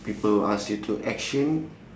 people ask you to action